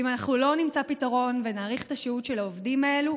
אם אנחנו לא נמצא פתרון ונאריך את השהות של העובדים האלה,